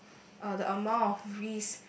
uh the amount of risk